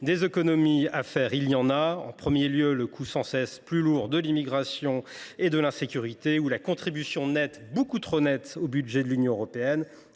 Des économies à faire, il y en a. En premier lieu, nous pourrions nous attaquer au coût, sans cesse plus lourd, de l’immigration et de l’insécurité ou à la contribution nette, beaucoup trop nette, au budget de l’Union européenne.